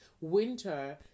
winter